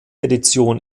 edition